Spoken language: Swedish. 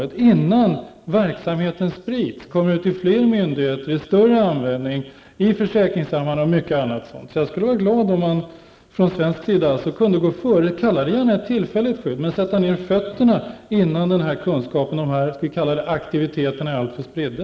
Det måste ske innan verksamheten sprids till fler myndigheter och kommer i större användning i försäkringssammanhang och i många andra fall. Jag vore glad om man från svensk sida kunde gå före och införa ett skydd -- kalla det gärna tillfälligt skydd -- och sätta ner fötterna på jorden innan kunskapen om dessa aktiviteter blir alltför spridda.